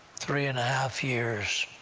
three and a half years